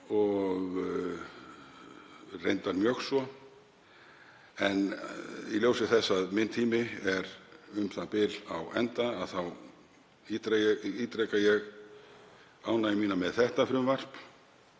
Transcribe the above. og reyndar mjög svo. En í ljósi þess að minn tími er u.þ.b. á enda þá ítreka ég ánægju mína með frumvarpið,